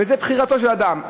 וזו בחירתו של אדם.